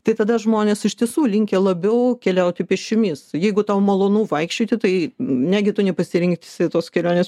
tai tada žmonės iš tiesų linkę labiau keliauti pėsčiomis jeigu tau malonu vaikščioti tai negi tu nepasirinksi tos kelionės